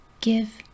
give